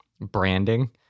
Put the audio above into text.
branding